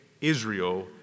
Israel